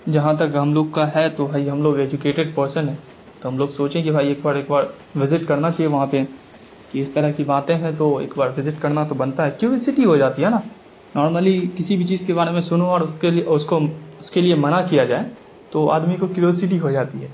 جہاں تک ہم لوگ کا ہے تو بھائی ہم لوگ ایجوکیٹیڈ پرسن ہیں تو ہم لوگ سوچے کہ بھائی ایک بار ایک بار وزٹ کرنا چاہیے وہاں پہ کہ اس طرح کی باتیں ہیں تو اک بار وزٹ کرنا تو بنتا ہے کیوریسٹی ہو جاتی ہے ہے نا نارملی کسی بھی چیز کے بارے میں سنو اور اس کے لیے اور اس کو اس کے لیے منع کیا جائے تو آدمی کو کیورسٹی ہو جاتی ہے